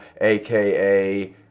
aka